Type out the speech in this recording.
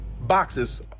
boxes